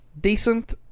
Decent